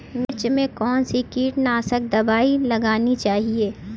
मिर्च में कौन सी कीटनाशक दबाई लगानी चाहिए?